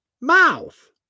mouth